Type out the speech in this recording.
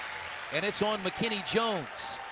and it's on mckinney jones.